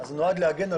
זה משהו שהיה אפשר